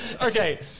okay